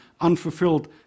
Unfulfilled